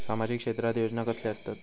सामाजिक क्षेत्रात योजना कसले असतत?